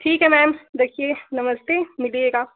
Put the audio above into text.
ठीक है मैम देखिए नमस्ते मिलिएगा